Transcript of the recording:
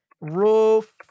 roof